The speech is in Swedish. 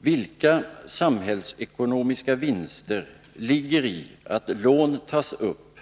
Vilka samhällsekonomiska vinster ligger i att lån tas upp